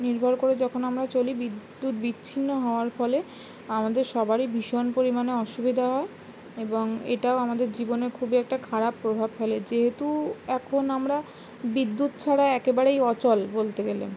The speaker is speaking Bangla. নির্ভর করে যখন আমরা চলি বিদ্যুৎ বিচ্ছিন্ন হওয়ার ফলে আমাদের সবারই ভীষণ পরিমাণে অসুবিধা হয় এবং এটাও আমাদের জীবনে খুবই একটা খারাপ প্রভাব ফেলে যেহেতু এখন আমরা বিদ্যুৎ ছাড়া একেবারেই অচল বলতে গেলে